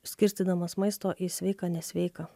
skirstydamas maisto į sveiką nesveiką